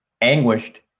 anguished